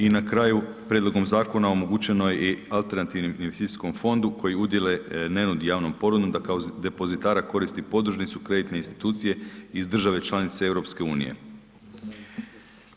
I na kraju, prijedlogom zakona omogućeno je alternativnom investicijskom fondu koji udjele ne nudi javnom ponudom da kao depozitara koristi podružnicu kreditne institucije iz države članice EU-a.